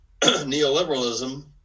neoliberalism